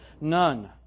None